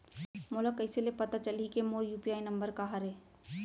मोला कइसे ले पता चलही के मोर यू.पी.आई नंबर का हरे?